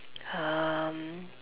um